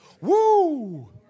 Woo